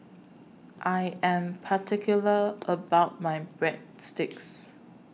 I Am particular about My Breadsticks